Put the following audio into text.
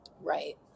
Right